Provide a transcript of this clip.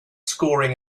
scoring